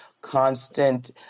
constant